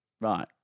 Right